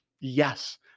Yes